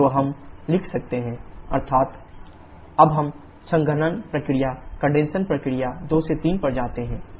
तो हम लिख सकते हैं −𝑊𝑇 ℎ2 − ℎ1 अर्थात् W𝑇 ℎ1 − ℎ2 अब हम संघनन प्रक्रिया कंडेनसर प्रक्रिया 2 3 पर जाते हैं